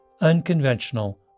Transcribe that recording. unconventional